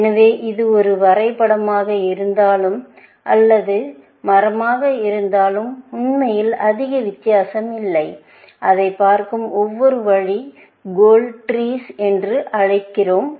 எனவே இது ஒரு வரை படமாக இருந்தாலும் அல்லது மரமாக இருந்தாலும் உண்மையில் அதிக வித்தியாசம் இல்லை அதைப் பார்க்கும் ஒரு வழியை கோல் ட்ரீஸ் என்று அழைக்கிறோம்